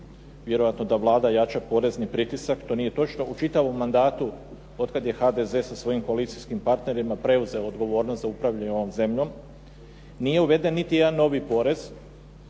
vjerojatno da Vlada jača porezni pritisak. To nije točno. U čitavom mandatu od kad je HDZ sa svojim koalicijskim partnerima preuzelo odgovornost za upravljanje ovom zemljom nije uveden niti jedan novi porez